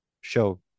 show